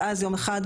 ואז יום אחד,